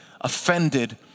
offended